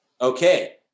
Okay